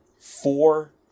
four